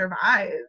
survive